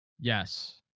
Yes